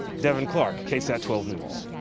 deven clarke ksat twelve news.